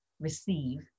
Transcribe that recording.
receive